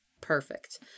Perfect